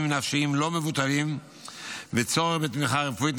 נפשיים לא מבוטלים וצורך בתמיכה רפואית,